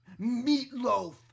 Meatloaf